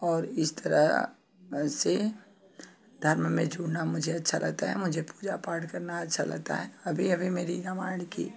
और इस तरह ऐसे धर्म में जुड़ना मुझे अच्छा लगता है मुझे पूजा पाठ करना अच्छा लगता है अभी अभी मेरी रामायण की